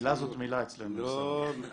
מילה זאת מילה אצלנו, עיסאווי.